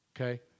Okay